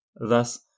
Thus